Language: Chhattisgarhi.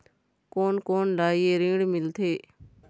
कोन कोन ला ये ऋण मिलथे?